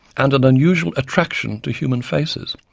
and an unusual attraction to human faces,